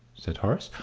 said horace,